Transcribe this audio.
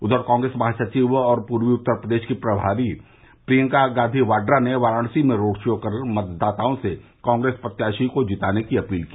उधर कांग्रेस महासचिव और पूर्वी उत्तर प्रदेश की प्रमारी प्रियंका गांधी वाड्रा ने वाराणसी में रोड शो कर मतदाताओं से कांग्रेस प्रत्याशी को जिताने की अपील की